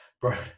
bro